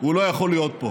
הוא לא יכול להיות פה: